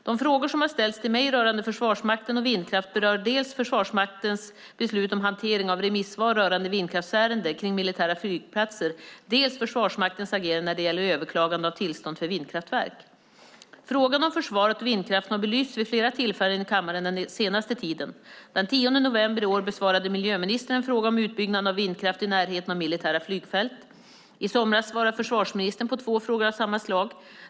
De frågor som har ställts till mig rörande Försvarsmakten och vindkraft berör dels Försvarsmaktens beslut om hantering av remissvar rörande vindkraftsärenden omkring militära flygplatser, dels Försvarsmaktens agerande när det gäller överklagande av tillstånd för vindkraftverk. Frågan om försvaret och vindkraften har belysts vid flera tillfällen i kammaren den senaste tiden. Den 10 november i år besvarade miljöministern en fråga om utbyggnaden av vindkraft i närheten av militära flygfält . I somras svarade försvarsministern på två frågor av samma slag .